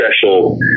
special